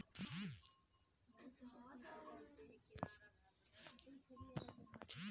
दुर्योधन ने अन्त में भीम के साथ गदा युद्ध किया था